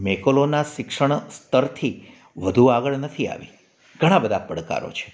મેકોલોનાં શિક્ષણ સ્તરથી વધુ આગળ નથી આવી ઘણાં બધાં પડકારો છે